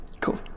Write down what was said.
Cool